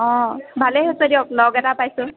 অ' ভালেই হৈছে দিয়ক লগ এটা পাইছোঁ